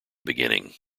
beginning